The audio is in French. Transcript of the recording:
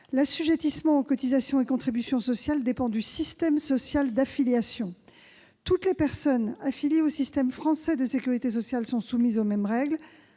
L'assujettissement aux cotisations et aux contributions sociales dépend du système social d'affiliation. Toutes les personnes affiliées au système français de sécurité sociale sont soumises aux mêmes règles.